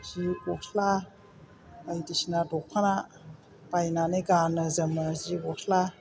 जि गस्ला बायदिसिना दख'ना बायनानै गाननो जोमो जि गस्ला